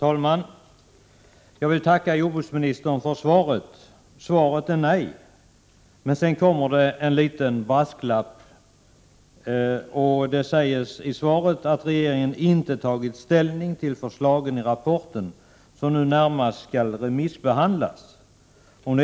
Herr talman! Jag tackar jordbruksministern för svaret. Svaret på min fråga är nej, men sedan kommer det en liten brasklapp, där det sägs att regeringen inte har tagit ställning till förslagen i rapporten, som nu närmast skall remissbehandlas.